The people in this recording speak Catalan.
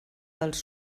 dels